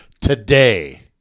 Today